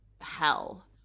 hell